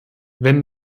wenn